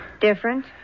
Different